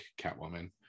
Catwoman